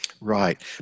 Right